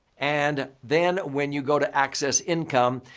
and then when you go to access income,